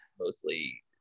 mostly